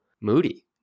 Moody